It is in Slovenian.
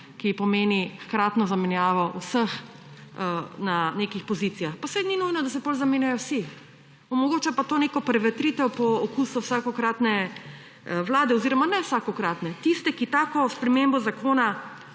ki pomeni hkratno zamenjavo vseh na nekih pozicijah. Pa saj ni nujno, da se potem zamenjajo vsi. Omogoča pa to neko prevetritev po okusu vsakokratne vlade oziroma ne vsakokratne, tiste, ki tako spremembo zakona